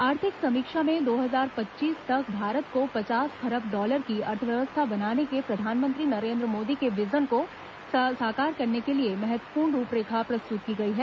आर्थिक समीक्षा में दो हजार पच्चीस तक भारत को पचास खरब डॉलर की अर्थव्यवस्था बनाने के प्रधानमंत्री नरेन्द्र मोदी के विजन को साकार करने के लिए महत्वपूर्ण रूपरेखा प्रस्तुत की गई है